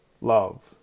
love